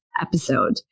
episode